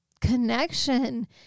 connection